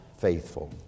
faithful